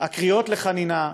הקריאות לחנינה,